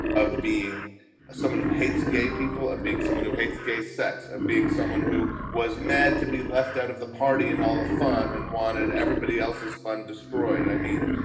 of being someone who hates gay people, of being someone who hates gay sex. of being someone who was mad to be left out of the party and all the fun and wanted everybody else's undestroyed i mean,